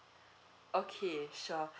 okay sure